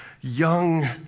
Young